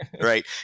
Right